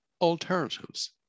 alternatives